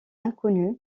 inconnu